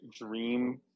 dream